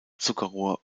zuckerrohr